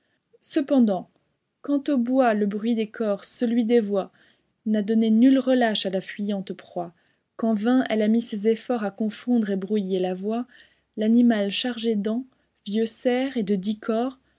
cependant quand au bois le bruit des cors celui des voix n'a donné nul relâche à la fuyante proie qu'en vain elle a mis ses efforts à confondre et brouiller la voie l'animal chargé d'ans vieux cerf et de dix cors